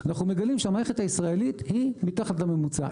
אנחנו מגלים שהמערכת הישראלית היא מתחת לממוצע.